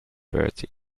bertie